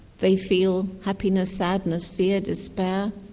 they feel happiness, sadness, fear, despair,